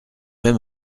même